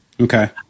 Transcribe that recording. okay